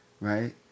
Right